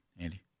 Andy